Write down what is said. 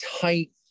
tight